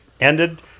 ended